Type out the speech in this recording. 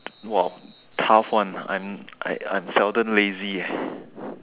!wow! tough one I'm I I'm seldom lazy eh